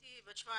כשהייתי בת 17,